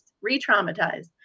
re-traumatized